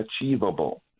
achievable